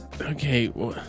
Okay